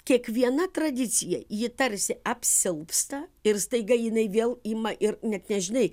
kiekviena tradicija ji tarsi apsilpsta ir staiga jinai vėl ima ir net nežinai